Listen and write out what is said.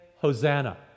Hosanna